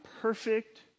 perfect